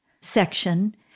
section